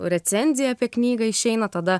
recenzija apie knygą išeina tada